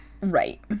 Right